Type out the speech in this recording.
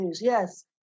yes